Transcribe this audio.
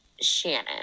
Shannon